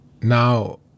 Now